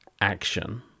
action